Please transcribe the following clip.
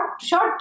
short